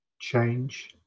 change